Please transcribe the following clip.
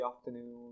afternoon